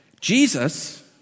Jesus